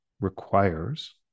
requires